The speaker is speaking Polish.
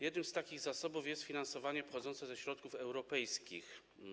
Jednym z takich zasobów jest finansowanie pochodzące ze środków europejskich.